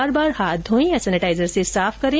बार बार हाथ धोयें या सेनेटाइजर से साफ करें